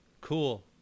Cool